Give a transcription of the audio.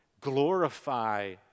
glorify